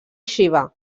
xiva